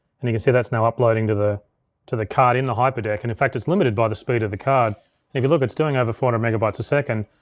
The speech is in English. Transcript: and you can see, that's now uploading to the to the card in the hyperdeck, and in fact, it's limited by the speed of the card. and if you look, it's doing over four hundred and megabytes a second.